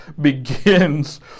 begins